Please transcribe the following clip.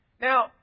Now